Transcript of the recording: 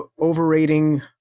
overrating